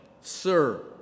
Sir